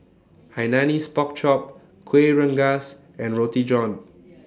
Hainanese Pork Chop Kuih Rengas and Roti John